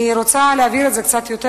אני רוצה להבהיר את זה קצת יותר.